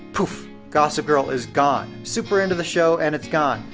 poof, gossip girl is gone! super into the show and it's gone.